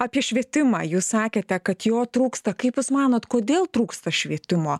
apie švietimą jūs sakėte kad jo trūksta kaip jūs manot kodėl trūksta švietimo